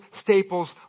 Staples